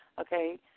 Okay